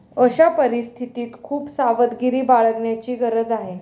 अशा परिस्थितीत खूप सावधगिरी बाळगण्याची गरज आहे